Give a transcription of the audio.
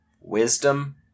wisdom